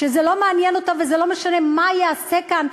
שזה לא מעניין אותם וזה לא משנה מה ייעשה כאן,